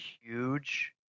Huge